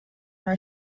are